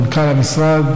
מנכ"ל המשרד,